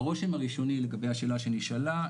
הרושם הראשוני לגבי השאלה שנשאלה,